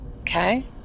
Okay